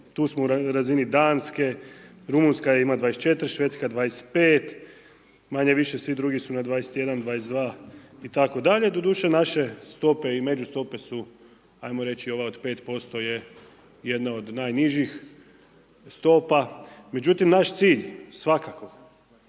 Tu smo u razini Danske, Rumunjska ima 24, Švedska 25, manje-više svi drugi su na 21, 22 itd. Doduše, naše stope i međustope su ajmo reći, ova od 5% je jedna od najnižih stopa. Međutim, naš cilj svakako